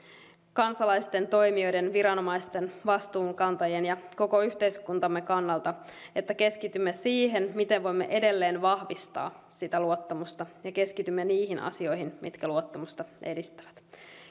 kansalaisten toimijoiden viranomaisten vastuunkantajien ja koko yhteiskuntamme kannalta että keskitymme siihen miten voimme edelleen vahvistaa sitä luottamusta ja keskitymme niihin asioihin mitkä luottamusta edistävät